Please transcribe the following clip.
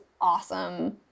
awesome